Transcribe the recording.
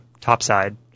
topside